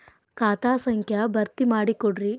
ಖಾತಾ ಸಂಖ್ಯಾ ಭರ್ತಿ ಮಾಡಿಕೊಡ್ರಿ